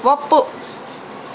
ಒಪ್ಪು